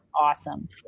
Awesome